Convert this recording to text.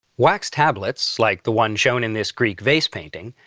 wax tablets, like the one shown in this greek vase painting,